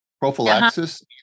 prophylaxis